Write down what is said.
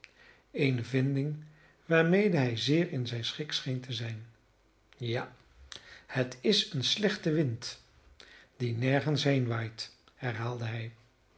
eene vinding waarmede hij zeer in zijn schik scheen te zijn ja het is een slechte wind die nergens heenwaait herhaalde hij